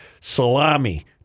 salami